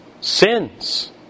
sins